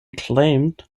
claimed